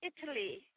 Italy